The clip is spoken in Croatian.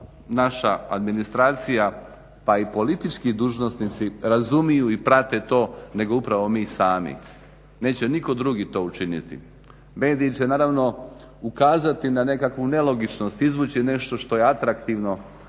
naša administracija, pa i politički dužnosnici razumiju i prate to nego upravo mi sami. Neće nitko drugi to učiniti. Mediji će naravno ukazati na nekakvu nelogičnost, izvući nešto što je atraktivno